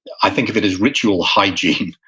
i think of it as ritual hygiene.